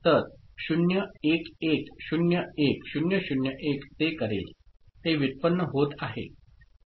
तर 0 1 1 0 1 0 0 1 ते करेल ते व्युत्पन्न होत आहे